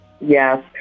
Yes